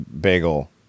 bagel